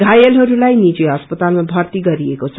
घायलहरूलाई नीजि अस्पतालमा भर्त्ती गरिएको छ